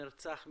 נרצח מישהו.